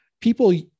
people